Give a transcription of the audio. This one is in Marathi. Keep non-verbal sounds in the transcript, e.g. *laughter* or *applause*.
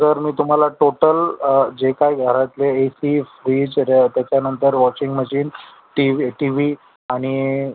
सर मी तुम्हाला टोटल जे काही घरातले ए सी फ्रिज *unintelligible* त्याच्यानंतर washing machine T T V आणि